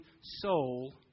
soul